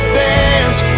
dance